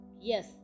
Yes